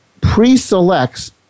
pre-selects